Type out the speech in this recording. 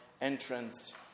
entrance